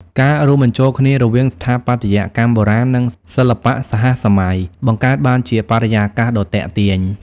ការរួមបញ្ចូលគ្នារវាងស្ថាបត្យកម្មបុរាណ និងសិល្បៈសហសម័យ បង្កើតបានជាបរិយាកាសដ៏ទាក់ទាញ។